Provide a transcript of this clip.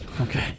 Okay